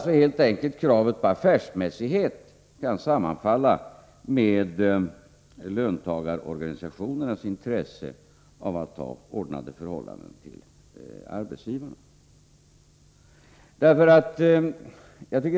Kravet på affärsmässighet kan alltså sammanfalla med löntagarorganisationernas intresse av att ha ordnade relationer till arbetsgivarna.